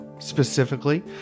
Specifically